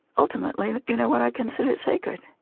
ultimately you know what i consider sacred.